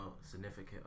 significant